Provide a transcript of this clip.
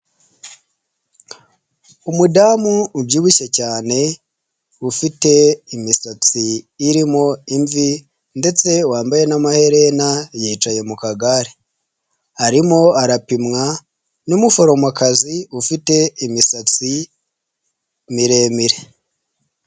Umudamu ubyibushye cyane ufite imisatsi irimo imvi ndetse wambaye n'amaherena yicaye mu kagare, arimo arapimwa n'umuforomokazi ufite imisatsi miremire.